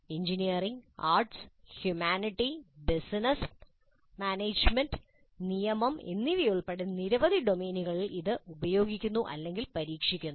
engineering arts humanity business management നിയമം എന്നിവയുൾപ്പെടെ മറ്റ് നിരവധി ഡൊമെയ്നുകളിൽ ഇത് ഉപയോഗിക്കുന്നു പരീക്ഷിക്കുന്നു